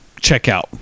checkout